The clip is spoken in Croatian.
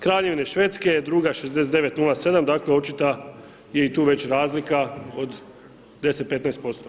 Kraljevine Švedske je druga 69,07 dakle očita je i tu već razlika od 10, 15%